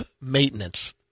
maintenance